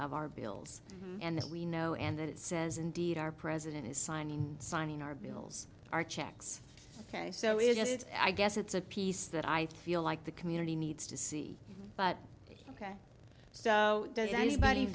of our bills and that we know and it says indeed our president is signing signing our bills our checks ok so it's i guess it's a piece that i feel like the community needs to see but ok so does anybody